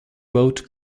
boat